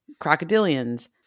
crocodilians